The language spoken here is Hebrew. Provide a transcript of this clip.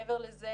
מעבר לזה,